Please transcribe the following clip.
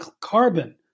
carbon